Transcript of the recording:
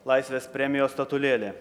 laisvės premijos statulėlė